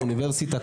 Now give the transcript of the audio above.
אוניברסיטה,